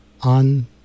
on